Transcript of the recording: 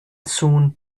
soon